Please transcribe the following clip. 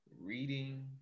reading